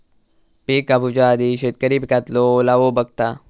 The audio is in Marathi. पिक कापूच्या आधी शेतकरी पिकातलो ओलावो बघता